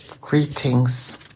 greetings